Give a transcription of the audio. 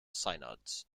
synods